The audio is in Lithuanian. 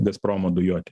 gazpromo dujotiekį